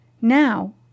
Now